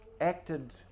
acted